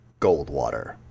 Goldwater